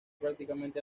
prácticamente